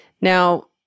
Now